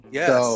yes